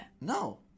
No